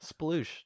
Sploosh